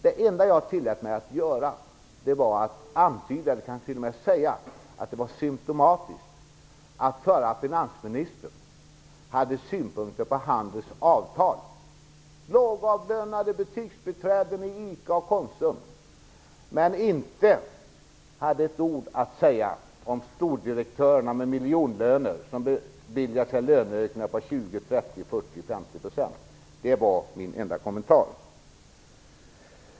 Det enda som jag tillät mig att göra var att säga att det var symptomatiskt att den förra finansministern hade synpunkter på Handels avtal för lågavlönade butiksbiträden i ICA och Konsum men inte hade ett ord att säga om stordirektörerna med miljonlöner som beviljar sig löneökningar om 20, 30, 40 eller 50 %. Det var min enda kommentar.